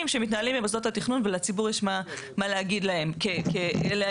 שמתנהלים במוסדות התכנון ולציבור יש מה להגיד לגביהם.